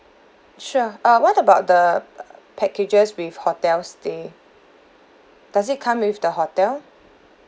sure uh what about the packages with hotel stay does it come with the hotel